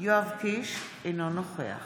יואב קיש, אינו נוכח